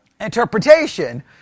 Interpretation